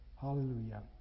Hallelujah